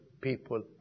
people